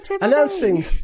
Announcing